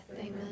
Amen